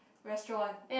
restaurant